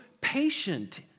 patient